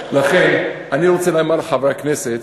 לכן אני רוצה לומר לחברי הכנסת,